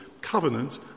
Covenant